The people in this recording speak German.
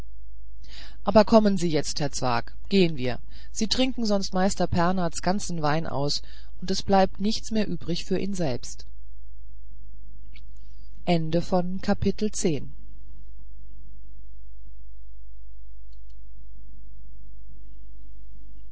aber kommen sie jetzt herr zwakh gehen wir sie trinken sonst meister pernaths ganzen wein aus und es bleibt nichts mehr übrig für ihn selbst